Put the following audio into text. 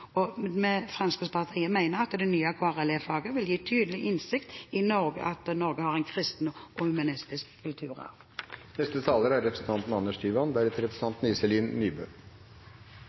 ikke endres. Fremskrittspartiet mener at det nye KRLE-faget vil gi tydeligere innsikt i at Norge har en kristen og humanistisk